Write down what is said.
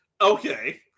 okay